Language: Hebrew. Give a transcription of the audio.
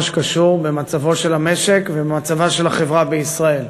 שקשור למצבו של המשק ולמצבה של החברה בישראל.